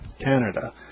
Canada